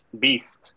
beast